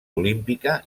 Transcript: olímpica